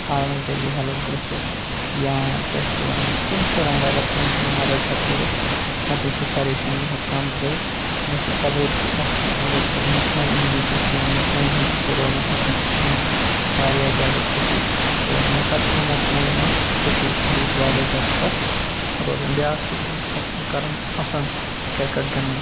ہاونہٕ ذٔریعہِ ہٮ۪لٕپ گژھِ یا کیٛاہ چھِ اَتھ وَنان کُنہِ تہِ رنٛگہٕ اگر کٲنٛسہِ بہٕ مَدَد ہٮ۪کہٕ کٔرِتھ پَتہٕ تمہِ سٕنٛز پریشٲنی ہٮ۪کہٕ کَم کٔرِتھ مےٚ چھِ قۄدرٔتی آسان أنٛدٕرۍ سۄ مطمعینگی ہِش یِمَن مطمعین ہیوٗ چھُس بہٕ روزَان اور تَمہِ سۭتۍ چھِ مےٚ واریاہ زیادٕ خوشی روزَان ییٚمہِ ساتہٕ تہِ بہٕ مطمعین آسہٕ خوشی وِز واریاہ زیادٕ خۄش روزان بیٛاکھ چھُس بہٕ بہٕ چھُس اَکھ کَرَان آسَان کِرکَٹ گِنٛدَان